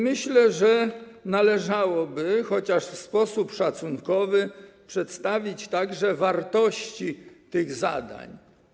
Myślę, że należałoby, chociaż w sposób szacunkowy, przedstawić także wartości tych zadań.